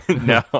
no